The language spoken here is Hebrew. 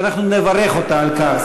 אנחנו נברך אותה על כך.